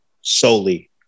solely